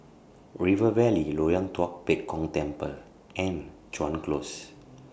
River Valley Loyang Tua Pek Kong Temple and Chuan Close